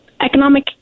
economic